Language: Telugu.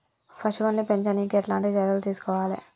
పశువుల్ని పెంచనీకి ఎట్లాంటి చర్యలు తీసుకోవాలే?